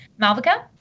Malvika